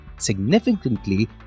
significantly